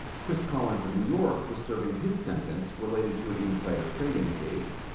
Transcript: chris collins of new york was serving his sentence related to an insider trading case.